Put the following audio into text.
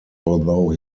although